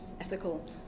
ethical